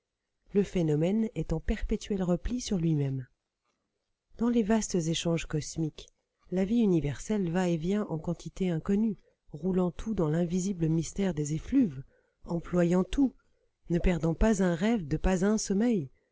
le phénomène est en perpétuel repli sur lui-même dans les vastes échanges cosmiques la vie universelle va et vient en quantités inconnues roulant tout dans l'invisible mystère des effluves employant tout ne perdant pas un rêve de pas un sommeil